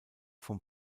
vom